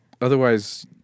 Otherwise